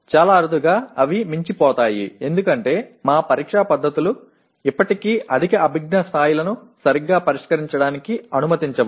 చాలా అరుదుగా అవి మించిపోతాయి ఎందుకంటే మా పరీక్షా పద్ధతులు ఇప్పటికీ అధిక అభిజ్ఞా స్థాయిలను సరిగ్గా పరిష్కరించడానికి అనుమతించవు